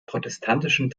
protestantischen